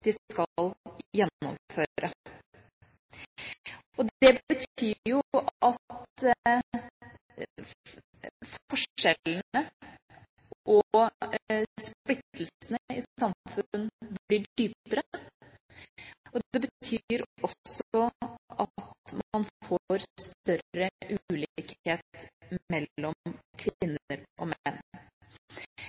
skal gjennomføre. Det betyr at forskjellene og splittelsene i samfunnet blir dypere, og det betyr også at man får større ulikhet mellom kvinner og menn.